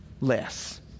less